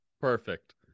Perfect